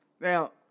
Now